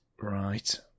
Right